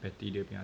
patty punya atas tu